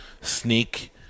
sneak